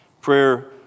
Prayer